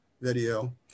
video